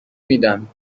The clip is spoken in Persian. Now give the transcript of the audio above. میدم